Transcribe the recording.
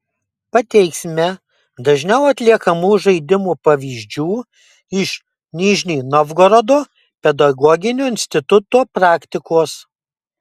pateiksime dažniau atliekamų žaidimų pavyzdžių iš nižnij novgorodo pedagoginio instituto praktikos